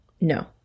No